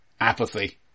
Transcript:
apathy